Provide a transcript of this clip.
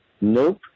Nope